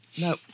No